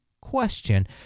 question